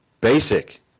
Basic